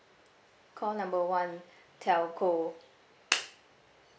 call number one telco